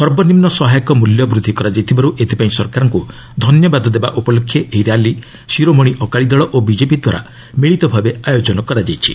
ସର୍ବନିମ୍ନ ସହାୟତା ମୂଲ୍ୟ ବୃଦ୍ଧି କରାଯାଇଥିବାରୁ ଏଥିପାଇଁ ସରକାରଙ୍କୁ ଧନ୍ୟବାଦ ଦେବା ଉପଲକ୍ଷେ ଏହି ର୍ୟାଲି ଶିରୋମଣି ଅକାଳି ଦଳ ଓ ବିଜେପି ଦ୍ୱାରା ମିଳିତ ଭାବେ ଆୟୋଜନ କରାଯାଇଛି